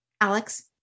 Alex